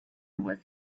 treasure